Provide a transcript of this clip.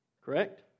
Correct